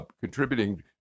contributing